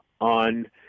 on